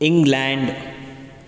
England